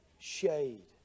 shade